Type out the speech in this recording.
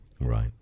Right